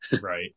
Right